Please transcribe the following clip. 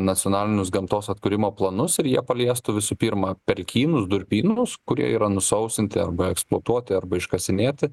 nacionalinius gamtos atkūrimo planus ir jie paliestų visų pirma pelkynus durpynus kurie yra nusausinti arba eksploatuoti arba iškasinėti